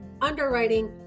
underwriting